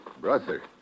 Brother